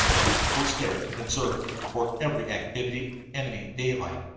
an outpost there can observe and report every activity of the enemy in daylight,